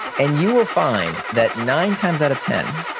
and you will find that nine times out of ten,